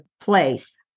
place